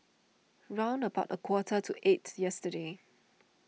round about a quarter to eight yesterday